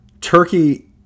turkey